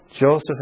Joseph